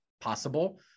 possible